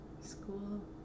school